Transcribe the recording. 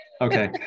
okay